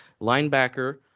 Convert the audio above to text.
linebacker